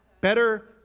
Better